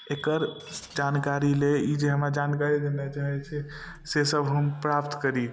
एकर जानकारी ली ई जे हमरा जानकारी दै लए चाहै छै से सब हम प्राप्त करी